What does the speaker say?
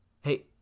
Hey